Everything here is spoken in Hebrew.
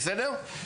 בסדר?